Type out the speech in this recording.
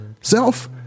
Self